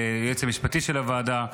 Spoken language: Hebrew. ליועץ המשפטי של הוועדה,